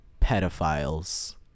pedophiles